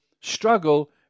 struggle